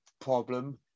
problem